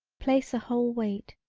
place a whole weight,